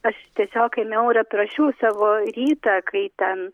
aš tiesiog ėmiau ir aprašiau savo rytą kai ten